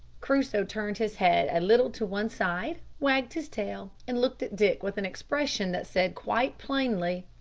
crusoe turned his head a little to one side, wagged his tail, and looked at dick with an expression that said quite plainly,